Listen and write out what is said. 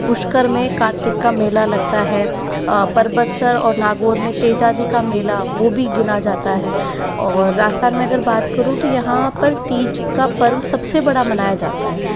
पुष्कर में कार्तिक का मेला लगता है पर्वतसर और नागौर में तेजा जी का मेला वो भी गिना जाता है और राजस्थान में अगर बात करूँ तो यहाँ पर तीज का पर्व सब से बड़ा मनाया जाता है